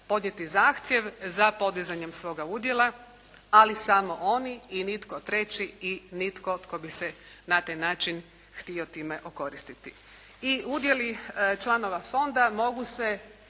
podnijeti zahtjev za podizanjem svoga udjela, ali samo oni i nitko treći i nitko tko bi se na taj način htio time okoristiti. I udjeli članova fonda mogu se